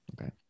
Okay